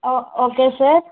oh okay sir